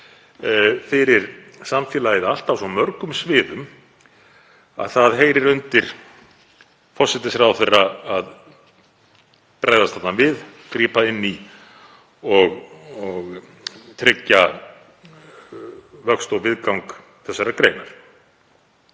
fyrir samfélagið allt á svo mörgum sviðum að það heyrir undir forsætisráðherra að bregðast þarna við, grípa inn í og tryggja vöxt og viðgang þessarar greinar.